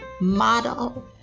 model